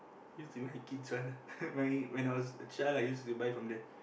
used to be my kids ah my when I was a child I used to buy from there